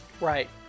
Right